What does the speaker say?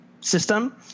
system